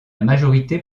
majorité